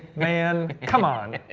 man, come on.